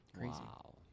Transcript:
Wow